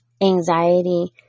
anxiety